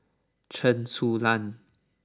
Chen Su Lan